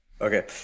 okay